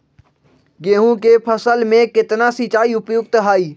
गेंहू के फसल में केतना सिंचाई उपयुक्त हाइ?